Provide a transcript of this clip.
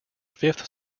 fifth